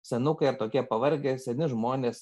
senukai ar tokie pavargę seni žmonės